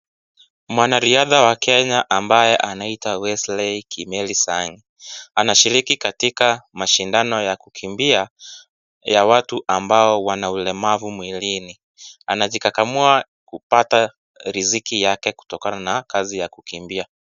Mwanariadha wa Kenya ambaye anaita Wesley Kimeli Sang. Anashiriki katika mashindano ya kukimbia ya watu ambao wana ulemavu mwilini. Anajikakamua kupata riziki yake kutokana na kazi ya kukimbia.